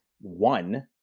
One